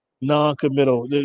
Non-committal